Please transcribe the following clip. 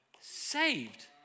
saved